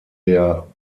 der